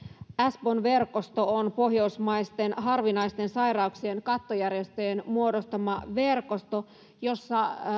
sbonn verkosto on pohjoismaisten harvinaisten sairauksien kattojärjestöjen muodostama verkosto jossa